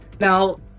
now